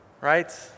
Right